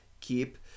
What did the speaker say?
Keep